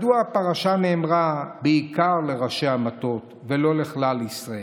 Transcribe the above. מדוע הפרשה נאמרה בעיקר לראשי המטות ולא לכלל ישראל?